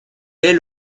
dès